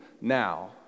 now